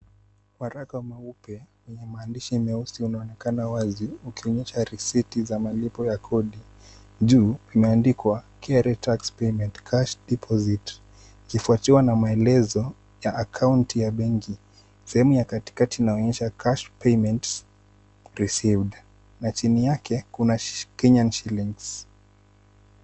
Waraka mweupe wenye maandishi meusi unaonekana wazi ukionyesha risiti za malipo ya kodi, juu imeandikwa KRA tax payment cash deposit ikifuatiwa na maelezo ya account ya benki. Sehemu ya katikati inaonyesha cash payment received na chini yake kuna Kenyan shillings .